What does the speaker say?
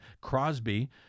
Crosby